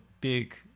big